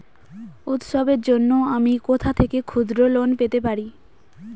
উৎসবের জন্য আমি কোথা থেকে ক্ষুদ্র লোন পেতে পারি?